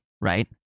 right